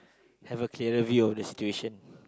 have a clearer view of the situaion